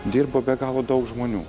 dirbo be galo daug žmonių